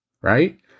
Right